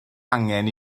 angen